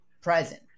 present